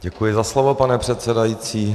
Děkuji za slovo, pane předsedající.